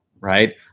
right